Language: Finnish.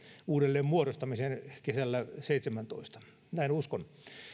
uudelleenmuodostamisen kesällä seitsemäntoista näin uskon